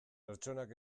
pertsonak